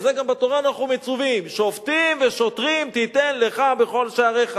וגם בתורה אנחנו מצווים: "שפטים ושטרים תתן לך בכל שעריך"